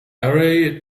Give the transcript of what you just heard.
array